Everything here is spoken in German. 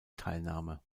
teilnahme